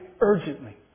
urgently